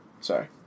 Sorry